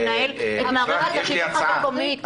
הוא מנהל את מערכת החינוך המקומית.